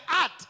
art